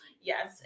Yes